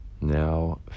Now